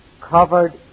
covered